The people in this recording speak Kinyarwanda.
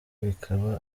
bikaba